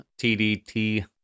TDT